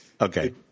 Okay